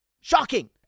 Shocking